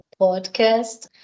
podcast